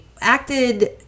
acted